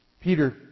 Peter